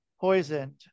poisoned